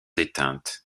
éteintes